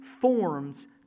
forms